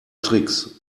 tricks